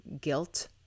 guilt